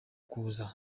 kuza